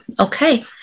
Okay